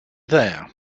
there